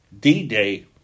D-Day